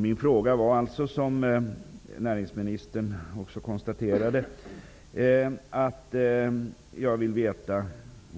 Min fråga gäller alltså, som näringsministern också konstaterade, att jag --